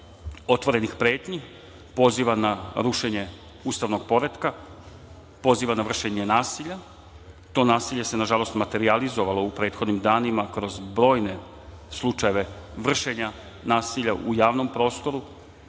otvorenih pretnji, poziva na rušenje ustavnog poretka, poziva na vršenje nasilja. To nasilje se nažalost materijalizovalo u prethodnim danima kroz brojne slučajeve vršenja nasilja u javnom prostoru.